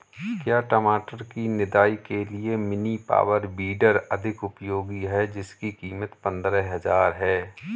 क्या टमाटर की निदाई के लिए मिनी पावर वीडर अधिक उपयोगी है जिसकी कीमत पंद्रह हजार है?